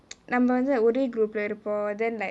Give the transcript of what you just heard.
நம்ம வந்து ஒரே:namma vanthu ore group லே இருப்போ:le iruppo then like